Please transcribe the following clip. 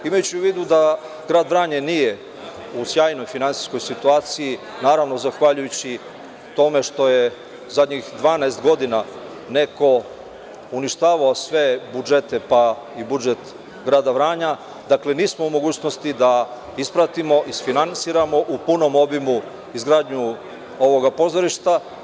Imajući u vidu da grad Vranje nije u sjajnoj finansijskoj situaciji, naravno, zahvaljujući tome što je poslednjih 12 godina neko uništavao sve budžete, pa i budžet grada Vranja, dakle, nismo u mogućnosti da ispratimo i isfinansiramo u punom obimu izgradnju ovoga pozorišta.